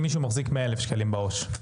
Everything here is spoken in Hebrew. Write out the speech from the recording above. אם מישהו מחזיק 100,000 שקלים בעו"ש?